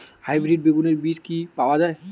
Hybrid বেগুনের বীজ কি পাওয়া য়ায়?